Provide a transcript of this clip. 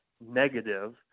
negative